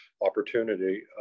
opportunity